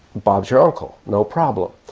bob's your uncle, no problem.